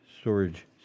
Storage